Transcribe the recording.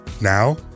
Now